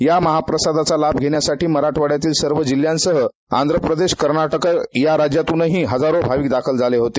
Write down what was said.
या महाप्रसादाचा लाभ घेण्यासाठी मराठवाङ्यातील सर्व जिल्ह्यांसह आंध्रप्रदेश कर्नाटक राज्यातूनही हजारो भाविक दाखल झाले होते